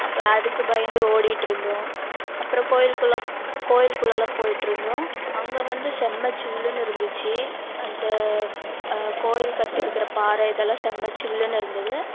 அப்புறம் அதுக்கு பயந்து ஓடிகிட்டுருந்தோம் அப்புறம் கோயிலுக்கெலாம் கோயிலுக்குள்ளே எல்லாம் போய்கிட்டுருந்தோம் அங்கே வந்து செம சில்லுன்னு இருந்துச்சு அந்த கோயில் கட்டியிருக்குற பாறை இதெல்லாம் செம சில்லுன்னு இருந்தது